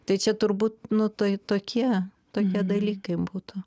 tai čia turbūt nu tai tokie tokie dalykai būtų